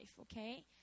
okay